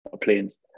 planes